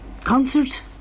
concert